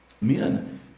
men